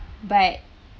but